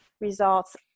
results